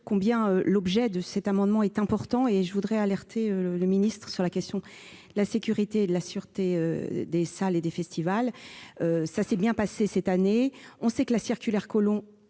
combien l'objet de cet amendement est important et alerter le ministre sur la sécurité et la sûreté des salles et des festivals. Tout s'est bien passé cette année, mais l'on sait que la circulaire Collomb